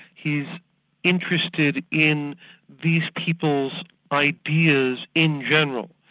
he's interested in these people's ideas in general,